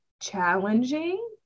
challenging